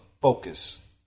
focus